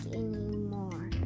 anymore